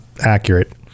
accurate